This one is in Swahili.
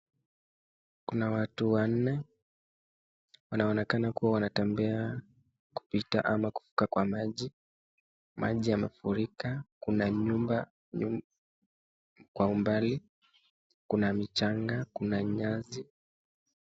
Kuna watu wanne wanaonekana kuwa wanatembea kupita ama kufika kwa maji. Maji yamefurika. Kuna nyumba kwa umbali. Kuna michanga. Kuna nyasi.